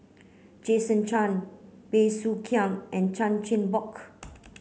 Jason Chan Bey Soo Khiang and Chan Chin Bock